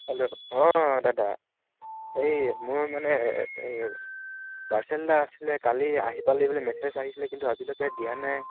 hello অঁ দাদা হে মোৰ মানে পাৰ্চেল এটা আছিলে কালি আহি পালে বুলি মেছেজ আহিছিলে কিন্তু আজিলৈকে দিয়া নাই